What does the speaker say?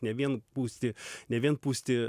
ne vien pūsti ne vien pūsti